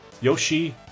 yoshi